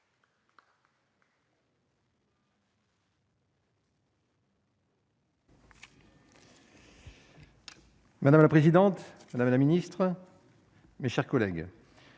Madame la présidente, madame la ministre, mes chers collègues,